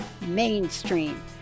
mainstream